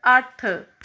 ਅੱਠ